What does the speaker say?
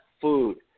food